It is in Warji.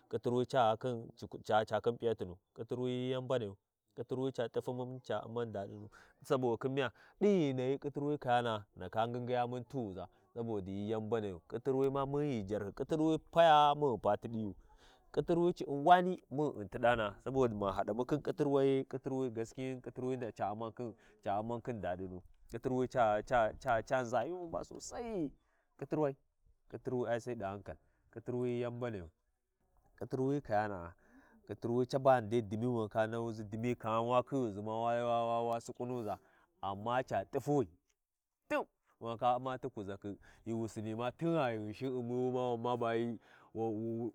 Ghi Laya birthday nan, ghi ghu Layi kasancau, ghi Layi birthday, hyi Vurɗimau ɗi ciran ni Jibrin, ciran ni jiɓɓi ghi- i- i Jiɓɓun khin raa, fi Jibbun raa ba hyi Vurdi mun, to ghi hyi Vurdimum ti Jibbun raa, ghi layi ghi, nan, ghi finakhi fi wu hyi Vurdimun ca ghana fii wi mbanai mun tiƙinna tanda, mun tiƙina tanəa, mu ɗa ti suban ya faka yaba ɗawan ngalaman ɗighan fi wi hyi Vurɗimun efore, fi wi hyi Vurdimun, hyi fita garai, muna k’ilhuʒa, din ghi ghu bayan ghi ndaka khiya ƙiltha khin juɓɓun raa fi wi hyi Vurɗimun be’e, Sai mun hala Subana, munda Ƙllusin munɗa fakai nunuwani ghi ndaka ƙiltha fi wi hyi vurɗimun, ƙilthaki fiwi hi vurɗiwi ga caba yan mbani ɗi ƙwiyuwi ɗin ghi wu biwu, wu ndaka khiya ƙiltha khin ca fai, wu biwu, wu ndaka khiya ƙiltha thin ca fai, fi wi—fiwi jubbun raa U’mmiya, wu ndaka ɗava, au cini ca fai fa caba fi wi hi Vurdimm ko, to gyamun ngingiyan mungwan muɗa P’a. mun hala ɗin yani bu ghi ndaka U’mmau, muu P’a ghi ghu ndaka P’a mun ƙilla subana, muba yaba ɗawan ghi- murna ɗighan fiwi hi Vurdimun, ah hyi fi masir ɓa hyi Vurdiwi, khin ciran ni maha, to dole wa hala yani buwu ndaka Umma ɗi fici’i wa ƙiltha kin fi wi hyi Vurɗiwi, fi- fi wi hyi Vurɗiwi hyi fi ba wi mbanai.